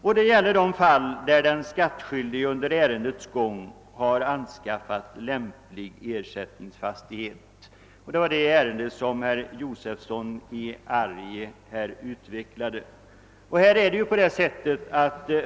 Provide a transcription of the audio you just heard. Därmed avses de fall där den skattskyldige under ärendets gång har anskaffat lämplig ersättningsfastighet; herr Josefson i Arrie har redan utvecklat den problematiken.